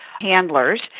handlers